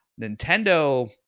Nintendo